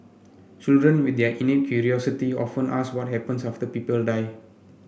children with their innate curiosity often ask what happens after people die